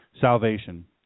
salvation